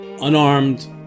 unarmed